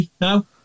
No